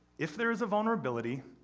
if there is a vulnerability,